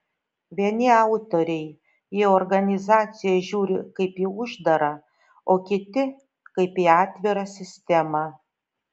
vieni autoriai į organizaciją žiūri kaip į uždarą o kiti kaip į atvirą sistemą